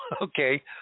okay